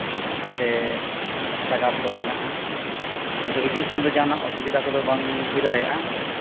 ᱥᱮ ᱥᱟᱸᱜᱟᱲ ᱠᱚ ᱮᱱᱟᱜᱼᱟ ᱠᱤᱱᱛᱩ ᱦᱤᱡᱩᱜ ᱥᱮᱱᱚᱜ ᱨᱮ ᱚᱥᱩᱵᱤᱫᱷᱟ ᱠᱚᱫᱚ ᱵᱟᱝ ᱦᱩᱭ ᱫᱟᱲᱮᱭᱟᱜᱼᱟ